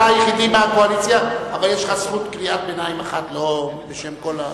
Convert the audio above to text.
אבל יש לך זכות קריאת ביניים אחת, לא בשם כולם.